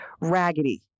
raggedy